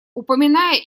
упоминая